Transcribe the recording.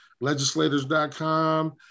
legislators.com